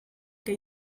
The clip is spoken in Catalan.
que